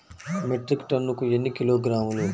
Metric టన్నుకు ఎన్ని కిలోగ్రాములు?